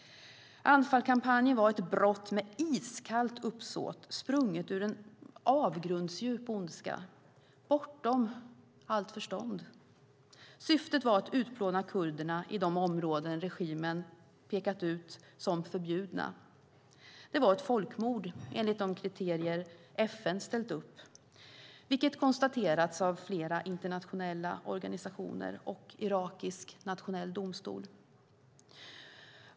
Anfalkampanjen var ett brott med iskallt uppsåt, sprunget ur en avgrundsdjup ondska bortom allt förstånd. Syftet var att utplåna kurderna i de områden regimen pekat ut som förbjudna. Det var ett folkmord, enligt de kriterier FN ställt upp, vilket konstaterats av flera internationella organisationer och irakisk nationell domstol.